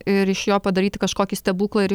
ir iš jo padaryti kažkokį stebuklą ir